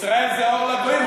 ישראל זה אור לגויים,